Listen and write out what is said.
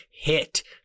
hit